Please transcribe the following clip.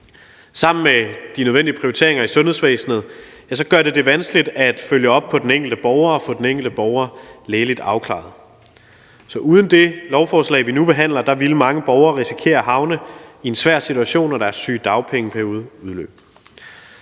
sammen med de nødvendige prioriteringer i sundhedsvæsenet gør det det vanskeligt at følge op på den enkelte borger – at få den enkelte borger lægeligt afklaret. Så uden det lovforslag, vi nu behandler, ville mange borgere risikere at havne i en svær situation, når deres sygedagpengeperiode